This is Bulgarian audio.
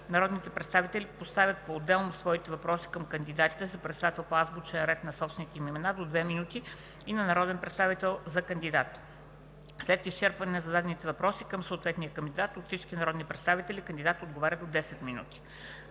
Народните представители поставят поотделно своите въпроси към кандидатите за председател по азбучен ред на собствените им имена – до две минути на народен представител за кандидат. След изчерпване на зададените въпроси към съответния кандидат от всички народни представители, кандидатът отговаря – до 10 минути.